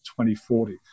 2040